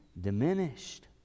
diminished